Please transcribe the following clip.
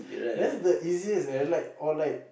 that's the easiest and the like or like